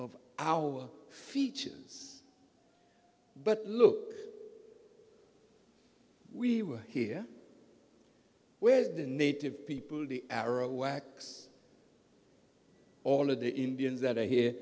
of our features but look we were here where the native people the arrow wax all of the indians that are here